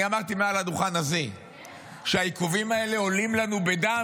אני אמרתי מעל לדוכן הזה שהעיכובים האלה עולים לנו בדם,